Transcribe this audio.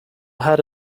had